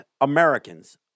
Americans